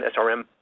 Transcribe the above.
SRM